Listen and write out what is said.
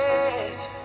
edge